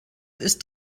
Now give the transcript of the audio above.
ist